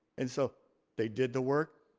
and so they did the work,